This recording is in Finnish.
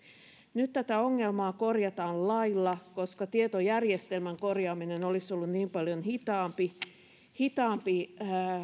nyt tätä ongelmaa korjataan lailla koska tietojärjestelmän korjaaminen olisi ollut niin paljon hitaampi hitaampi